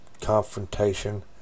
confrontation